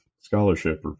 scholarship